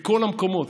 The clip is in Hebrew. מכל המקומות.